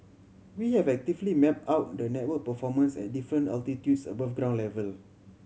we have actively mapped out the network performance at different altitudes above ground level